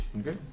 Okay